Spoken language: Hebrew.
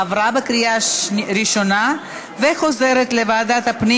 עברה בקריאה ראשונה וחוזרת לוועדת הפנים